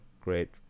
great